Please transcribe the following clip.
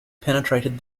penetrated